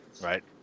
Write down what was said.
right